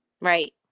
Right